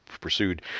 pursued